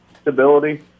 stability